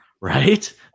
Right